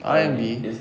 R_M_B